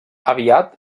aviat